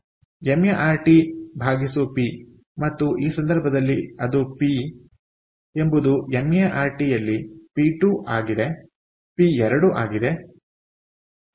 ma R T P ಮತ್ತು ಈ ಸಂದರ್ಭದಲ್ಲಿ ಅದು ಪಿ ಎಂಬುದು maRT ಯಲ್ಲಿ ಪಿ2 ಆಗಿದೆ